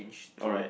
alright